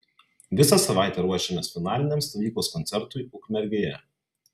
visą savaitę ruošėmės finaliniam stovyklos koncertui ukmergėje